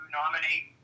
nominate